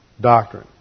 doctrine